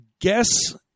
guess